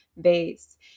base